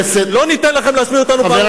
לא ניתן לכם להשמיד אותנו פעם נוספת,